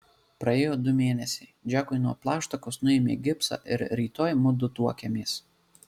praėjo du mėnesiai džekui nuo plaštakos nuėmė gipsą ir rytoj mudu tuokiamės